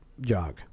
jog